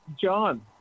John